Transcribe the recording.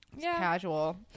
Casual